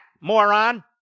moron